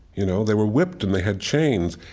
you know? they were whipped, and they had chains.